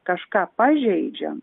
kažką pažeidžiam